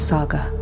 Saga